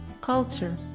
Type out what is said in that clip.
culture